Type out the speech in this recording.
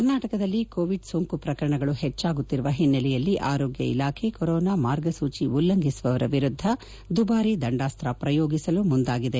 ಕರ್ನಾಟಕದಲ್ಲಿ ಕೋವಿಡ್ ಸೋಂಕು ಪ್ರಕರಣಗಳು ಹೆಚ್ಚಾಗುತ್ತಿರುವ ಹಿನ್ನೆಲೆಯಲ್ಲಿ ಆರೋಗ್ಯ ಇಲಾಖೆ ಕೊರೋನಾ ಮಾರ್ಗಸೂಚಿ ಉಲ್ಲಂಘಿಸುವವರ ವಿರುದ್ದ ದುಬಾರಿ ದಂಡಾಸ್ತ್ರ ಪ್ರಯೋಗಿಸಲು ಮುಂದಾಗಿದೆ